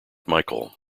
michael